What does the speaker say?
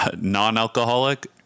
non-alcoholic